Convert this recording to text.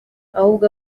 ahubwo